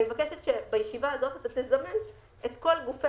אני מבקשת שבישיבה הזאת אתה תזמן את כל גופי